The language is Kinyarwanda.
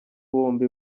bombi